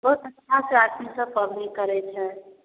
बहुत अच्छासँ आदमीसब पाबनि करै छै